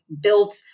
built